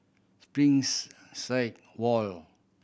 Springs side wall